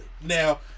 Now